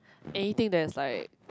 anything that is like